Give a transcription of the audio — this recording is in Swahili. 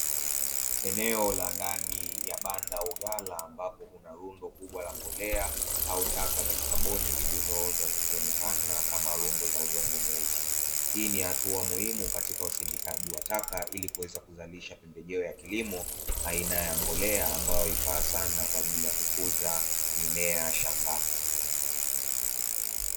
Eneo la ndani la banda au ghala ambapo kuna rundo kubwa la mbolea au taka za kaboni zilizooza zikionekana kama rundo za udongo mweusi, hii ni hatua muhimu katika usindikaji wa taka ili kuweza kuzalisha pembejeo ya kilimo aina ya mbolea ambayo inafaa sana kwa ajili ya kukuza mimea shambani.